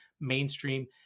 mainstream